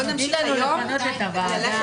עכשיו